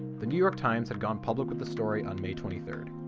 the new york times had gone public with the story on may twenty third.